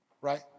right